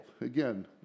Again